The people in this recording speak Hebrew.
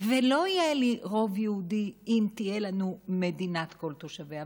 ולא יהיה לי רוב יהודי אם תהיה לנו מדינת כל תושביה.